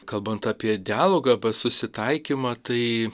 kalbant apie dialogą arba susitaikymą tai